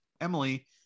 Emily